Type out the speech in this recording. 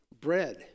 Bread